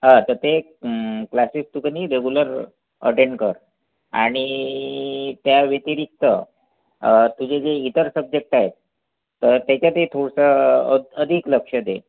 आं तर ते क्लासेसचं की नाही रेगुलर अटेण कर आणि त्या व्यतिरिक्त तुझे जे इतर सब्जेक्ट आहेत तर त्याच्यातही थोडंसं अधिक लक्ष दे